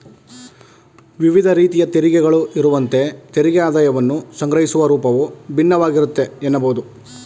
ವಿವಿಧ ರೀತಿಯ ತೆರಿಗೆಗಳು ಇರುವಂತೆ ತೆರಿಗೆ ಆದಾಯವನ್ನ ಸಂಗ್ರಹಿಸುವ ರೂಪವು ಭಿನ್ನವಾಗಿರುತ್ತೆ ಎನ್ನಬಹುದು